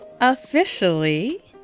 officially